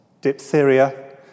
diphtheria